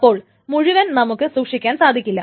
അപ്പോൾ മുഴുവൻ നമുക്ക് സൂക്ഷിക്കാൻ സാധിക്കില്ല